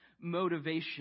motivation